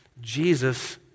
Jesus